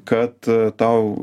kad tau